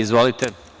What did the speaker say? Izvolite.